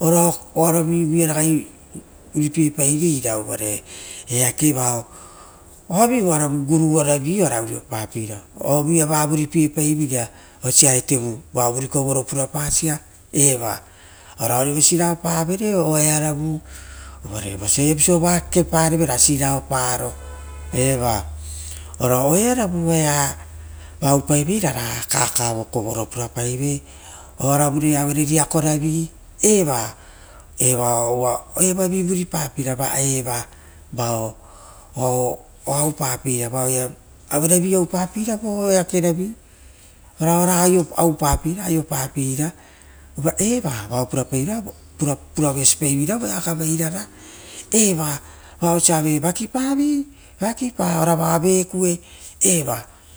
oaravi vuia ragai vuripiepavera, eakeva oaravivu nigorugo aravi ora unopapeira ova va vuripie paiveira, vao vuri kovovo pura pasi a eva oearavu siraopaven oo rearovu, oire vosa viapaso va kekeparevere ra siraoparo eva, ova oearovu oea va oupai vei ra, vava kakavo kovovo purapasia, oaravure avere ra riakora vi, eva uva evoavi vuri papeira va eva va oa oupari aero vi oupapera. Varao oara oupapeira aropapeira, uva eva oa puravasipai vora voea agavairara. Oa oisio aeupa vakipavi ora vao vekue.